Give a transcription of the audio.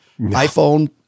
iphone